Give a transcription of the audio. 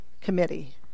committee